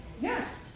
Yes